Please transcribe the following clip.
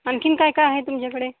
आणखीन काय काय आहे तुमच्याकडे